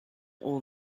all